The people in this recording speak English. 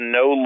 no